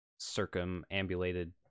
circumambulated